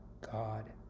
God